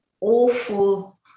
awful